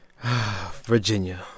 Virginia